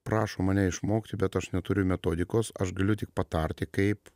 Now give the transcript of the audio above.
prašo mane išmokti bet aš neturiu metodikos aš galiu tik patarti kaip